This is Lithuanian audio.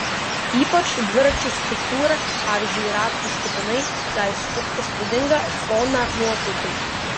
ypač dviračių struktūra pavyzdžiui ratų stipinai gali sukurti įspūdingą foną nuotraukai